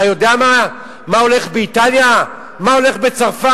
אתה יודע מה הולך באיטליה, מה הולך בצרפת?